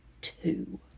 two